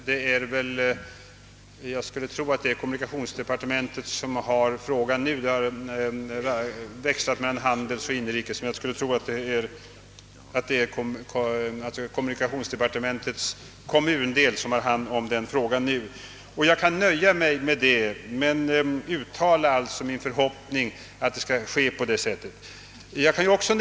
Jag skulle tro att frågan nu handhas av kommunikationsdepartementets kom mundel — tidigare har det växlat mellan handelsdepartementet och inrikesdepartementet. Jag kan nöja mig med detta, men jag uttalar en förhoppning om att det skall bli ett särskilt råd.